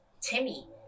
timmy